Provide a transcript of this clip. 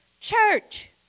church